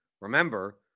remember